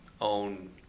own